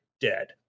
dead